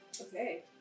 Okay